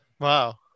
Wow